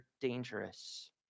dangerous